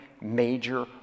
major